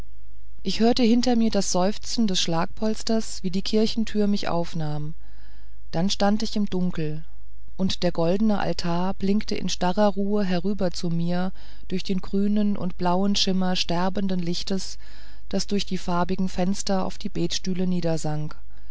ich hörte hinter mir das seufzen des schlagpolsters wie die kirchentüre mich aufnahm dann stand ich im dunkel und der goldene altar blinkte in starrer ruhe herüber zu mir durch den grünen und blauen schimmer sterbenden lichtes das durch die farbigen fenster auf die betstühle